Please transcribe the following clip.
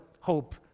hope